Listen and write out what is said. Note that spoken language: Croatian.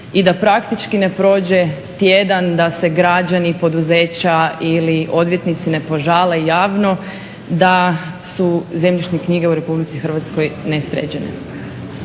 i da praktički ne prođe tjedan da se građani i poduzeća ili odvjetnici ne požale javno, da su zemljišne knjige u RH ne sređene.